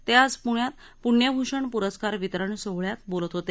ते आज पुण्यात पुण्यभूषण प्रस्कार वितरण सोहळ्यात बोलत होते